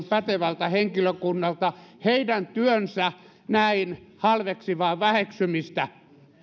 pätevältä henkilökunnalta heidän työnsä näin halveksivaa väheksymistä